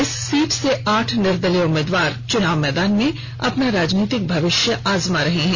इस सीट से आठ निर्दलीय उम्मीदवार चुनाव मैदान में अपना राजनीतिक भविष्य आजमा रहे हैं